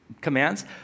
commands